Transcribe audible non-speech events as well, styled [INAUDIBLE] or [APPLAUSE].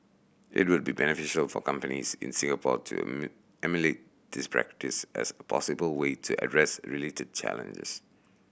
it would be beneficial for companies in Singapore to [UNINTELLIGIBLE] emulate this practice as a possible way to address related challenges